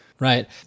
Right